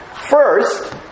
First